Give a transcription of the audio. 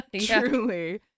Truly